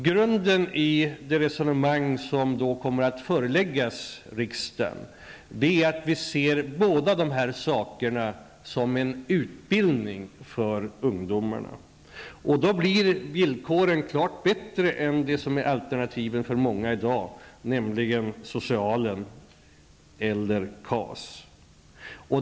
Grunden i det förslag som kommer att föreläggas riksdagen är att vi ser båda dessa saker som en utbildning för ungdomarna. Då blir villkoren klart bättre än de alternativ som många har i dag, nämligen det sociala eller KAS.